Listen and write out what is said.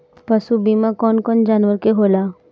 पशु बीमा कौन कौन जानवर के होला?